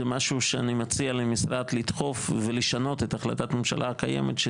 זה משהו שאני מציע למשרד לדחוף ולשנות את החלטת הממשלה הקיימת,